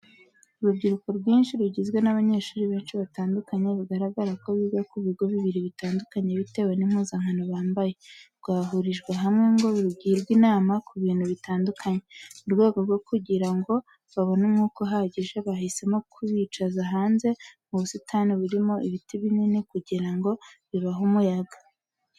Urubyiruko rwinshi rugizwe n'abanyeshuri benshi batandukanye bigaragara ko biga ku bigo bibiri bitandukanye bitewe n'impuzankano bambaye, rwahurijwe hamwe ngo rugirwe inama ku bintu bitandukanye. Mu rwego rwo kugira ngo babone umwuka uhagije, bahisemo kubicaza hanze mu busitani burimo ibiti binini kugira ngo bibahe umuyaga.